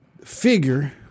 figure—